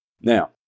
Now